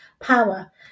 power